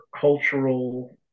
cultural